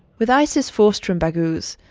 with isis forced from baghouz,